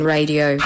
Radio